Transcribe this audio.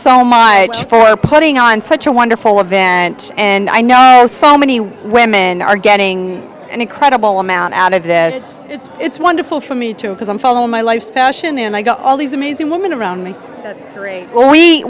so much for putting on such a wonderful event and i know are so many women are getting an incredible amount out of this it's it's wonderful for me too because i'm following my life's passion and i got all these amazing women around me very well we